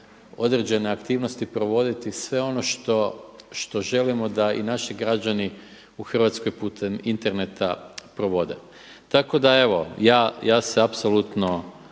određene aktivnosti provoditi, sve ono što želimo da i naši građani u Hrvatskoj putem interneta provode. Tako da evo, ja se apsolutno